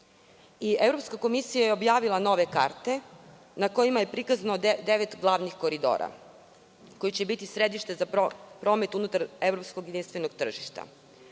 Evropska komisija je objavila nove karte na kojima je prikazano devet glavnih koridora koji će biti središte za promet unutar evropskog jedinstvenog tržišta.